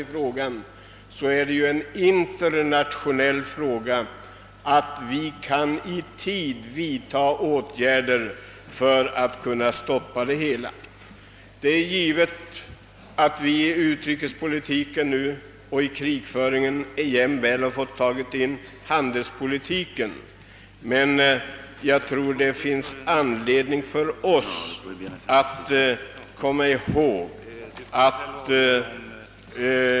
Därmed är det också en internationell angelägenhet att i tid vidta åtgärder för att hejda utvecklingen. Vi har i våra dagar blivit tvungna att uppleva att handelspolitiken ingriper i utrikespolitik och pågående krigshandlingar. Det betraktas som helt naturligt.